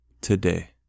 today